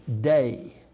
day